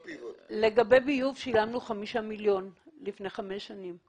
לגבי ביוב, שילמנו 5 מיליון שקלים לפני 5 שנים.